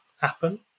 happen